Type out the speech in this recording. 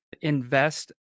invest